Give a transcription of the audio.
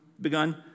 begun